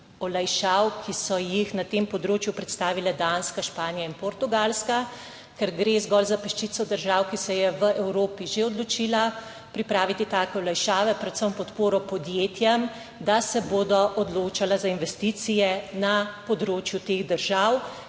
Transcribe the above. olajšav, ki so jih na tem področju predstavile Danska, Španija in Portugalska, ker gre zgolj za peščico držav, ki se je v Evropi že odločila pripraviti take olajšave, predvsem podporo podjetjem, da se bodo odločale za investicije na področju teh držav,